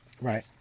right